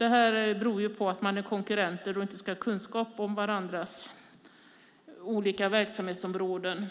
Det här beror på att de är konkurrenter och inte ska ha kunskap om varandras olika verksamhetsområden.